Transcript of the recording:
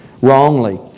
wrongly